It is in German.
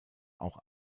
auch